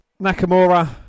Nakamura